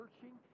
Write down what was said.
searching